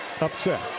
upset